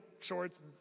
shorts